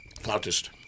Flautist